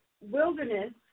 Wilderness